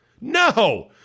No